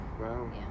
Wow